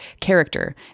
character